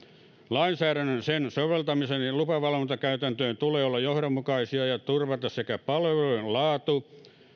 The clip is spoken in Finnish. lainsäädännön sen soveltamisen ja lupa ja valvontakäytäntöjen tulee olla johdonmukaisia ja turvata sekä palveluiden laatu